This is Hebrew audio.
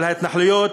על ההתנחלויות